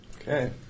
Okay